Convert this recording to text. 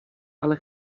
ale